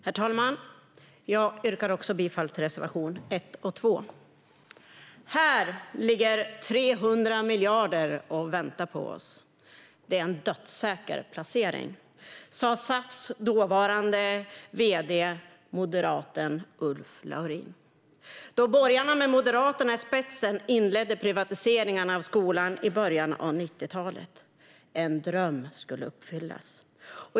Herr talman! Jag yrkar också bifall till reservationerna 1 och 2. Här ligger 300 miljarder och väntar på oss. Det är en dödssäker placering, sa SAF:s dåvarande vd, moderaten Ulf Laurin, då borgarna med Moderaterna i spetsen inledde privatiseringen av skolan i början 90-talet. En dröm skulle uppfyllas.